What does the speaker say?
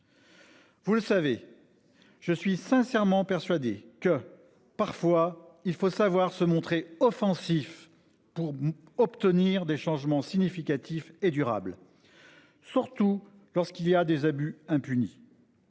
Vous le savez. Je suis sincèrement persuadé que parfois il faut savoir se montrer offensif pour obtenir des changements significatifs et durables. Surtout lorsqu'il y a des abus impunis.